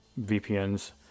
VPNs